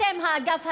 אתם, באגף הימני?